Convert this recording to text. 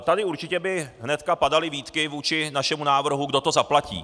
Tady určitě by hnedka padaly výtky vůči našemu návrhu, kdo to zaplatí.